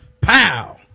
pow